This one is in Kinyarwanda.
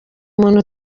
umuntu